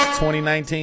2019